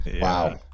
wow